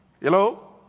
Hello